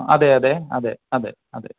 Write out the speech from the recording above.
അതെ അതെ അതെ അതെ അതെ